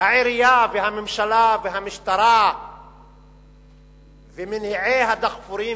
העירייה והממשלה והמשטרה ומניעי הדחפורים